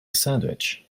sandwich